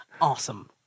Awesome